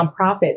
nonprofits